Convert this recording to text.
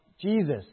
Jesus